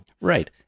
Right